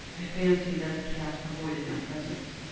i fancied that the cat avoided my presence.